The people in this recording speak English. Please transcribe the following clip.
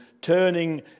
turning